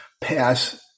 pass